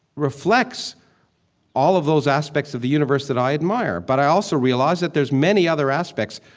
reflects all of those aspects of the universe that i admire. but i also realize that there's many other aspects,